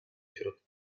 środka